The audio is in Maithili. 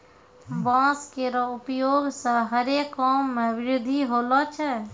बांस केरो उपयोग सें हरे काम मे वृद्धि होलो छै